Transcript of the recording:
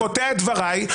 אתה קוטע את דבריי,